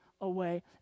away